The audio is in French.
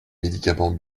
médicaments